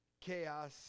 chaos